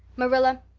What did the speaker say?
marilla,